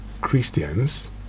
Christians